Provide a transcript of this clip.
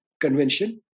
convention